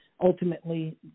ultimately